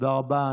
תודה רבה.